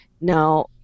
now